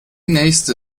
nächste